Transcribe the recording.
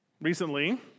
Recently